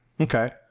Okay